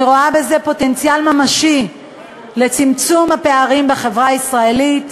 אני רואה בזה פוטנציאל ממשי לצמצום הפערים בחברה הישראלית.